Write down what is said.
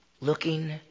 looking